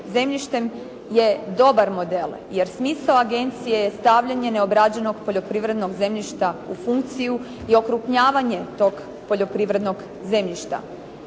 zemljištem je dobar model jer smisao agencije je stavljanje neobrađenog poljoprivrednog zemljišta u funkciju i okrupnjavanje tog poljoprivrednog zemljišta.